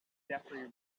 jeffery